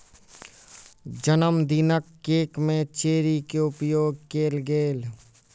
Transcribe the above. जनमदिनक केक में चेरी के उपयोग कएल गेल